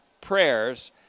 prayers